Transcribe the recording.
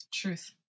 truth